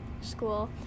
school